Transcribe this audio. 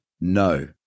No